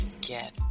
Get